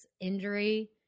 injury